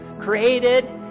created